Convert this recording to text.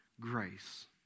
grace